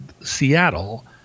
Seattle